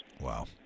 Wow